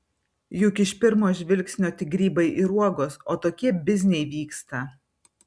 juk iš pirmo žvilgsnio tik grybai ir uogos o tokie bizniai vyksta